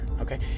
Okay